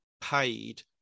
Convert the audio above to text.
paid